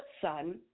son